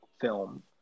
film